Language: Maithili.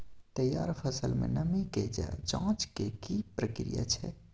तैयार फसल में नमी के ज जॉंच के की प्रक्रिया छै?